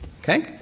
Okay